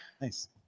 Nice